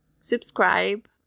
subscribe